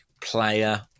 player